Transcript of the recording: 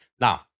Now